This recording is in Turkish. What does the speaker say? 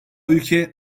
ülke